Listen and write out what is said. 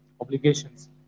obligations